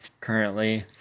currently